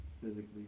physically